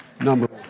Number